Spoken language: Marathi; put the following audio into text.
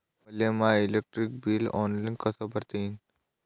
मले माय इलेक्ट्रिक बिल ऑनलाईन कस भरता येईन?